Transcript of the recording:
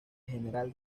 general